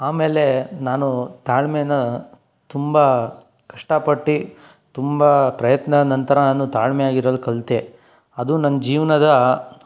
ಆಮೇಲೆ ನಾನು ತಾಳ್ಮೆನ ತುಂಬ ಕಷ್ಟಪಟ್ಟು ತುಂಬ ಪ್ರಯತ್ನ ನಂತರ ನಾನು ತಾಳ್ಮೆಯಾಗಿರಲು ಕಲಿತೆ ಅದು ನನ್ನ ಜೀವನದ